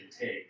take